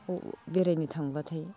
बेरायनो थांब्लाथाय